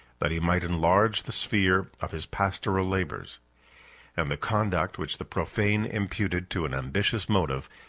that he might enlarge the sphere of his pastoral labors and the conduct which the profane imputed to an ambitious motive,